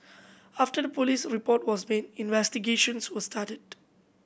after the police report was made investigations were started